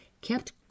kept